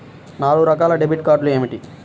నాలుగు రకాల డెబిట్ కార్డులు ఏమిటి?